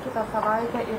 kitą savaitę ir